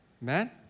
Man